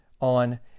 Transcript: on